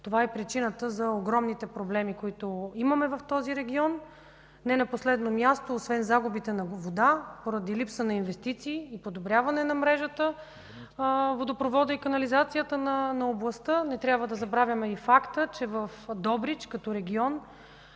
Това е причината за огромните проблеми, които имаме в този регион. Не на последно място, освен загубите на вода поради липса на инвестиции и подобряване на мрежата, водопровода и канализация на областта, не трябва да забравяме и факта, че в Добрич като регион